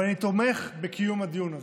ואני תומך בקיום הדיון הזה,